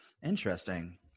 Interesting